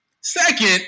Second